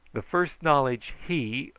the first knowledge he,